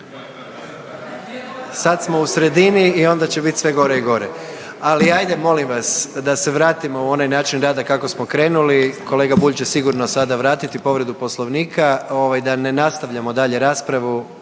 sad smo u sredini i onda će bit sve gore i gore. Ali ajde molim vas da se vratimo u onaj način rada kako smo krenuli, kolega Bulj će sigurno sada vratiti povredu poslovnika ovaj da ne nastavljamo dalje raspravu